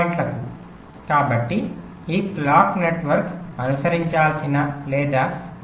2 వ దశ గణనను పూర్తి చేయడానికి తగిన సమయం ఇవ్వకపోతే తప్పు అవుట్పుట్ అవుట్పుట్ రిజిస్టర్లో నిల్వ చేయబడుతుంది మనము చాలా జాగ్రత్తగా ఉండాలి